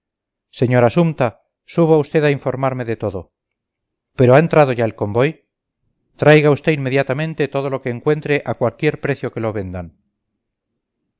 señora sumta suba usted a informarme de todo pero ha entrado ya el convoy traiga usted inmediatamente todo lo que encuentre a cualquier precio que lo vendan